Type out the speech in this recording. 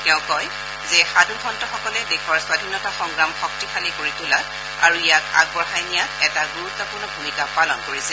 তেওঁ কয় যে সাধু সন্তসকলে দেশৰ স্বধীনতা সংগ্ৰাম শক্তিশালী কৰি তোলাত আৰু ইয়াক আগবঢ়াই নিয়াত এটা গুৰুত্পূৰ্ণ ভূমিকা পালন কৰিছিল